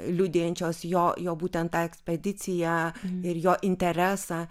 liudijančios jo jo būtent tą ekspediciją ir jo interesą